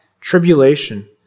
tribulation